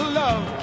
love